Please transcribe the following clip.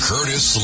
Curtis